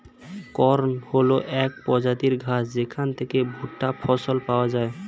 corn হল এক প্রজাতির ঘাস যেখান থেকে ভুট্টা ফসল পাওয়া যায়